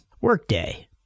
Workday